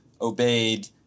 obeyed